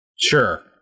sure